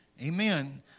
Amen